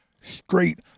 Straight